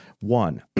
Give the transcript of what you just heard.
One